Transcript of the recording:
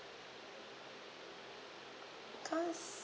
cause